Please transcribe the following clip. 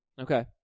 Okay